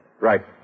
Right